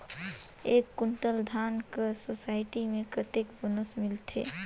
एक कुंटल धान कर सोसायटी मे कतेक बोनस मिलथे?